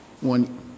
one